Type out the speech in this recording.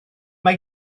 mae